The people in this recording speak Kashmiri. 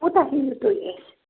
کوٗتاہ ہیٚیِو تُہۍ اَسہِ